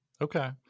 Okay